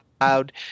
loud